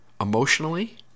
emotionally